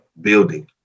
building